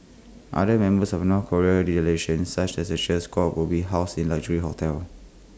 other members of the north Korean delegation such as the cheer squad will be housed in luxury hotels